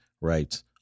rights